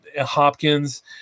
Hopkins